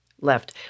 left